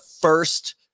first